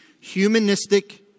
humanistic